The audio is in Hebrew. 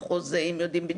הם חתומות על חוזה,